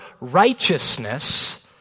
righteousness